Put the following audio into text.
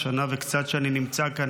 בשנה וקצת שאני נמצא כאן,